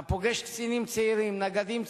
אתה פוגש קצינים צעירים, נגדים צעירים,